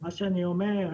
מה שאני אומר,